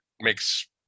makes